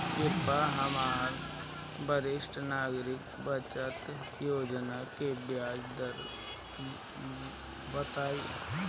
कृपया हमरा वरिष्ठ नागरिक बचत योजना के ब्याज दर बताइं